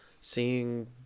seeing